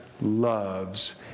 loves